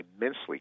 immensely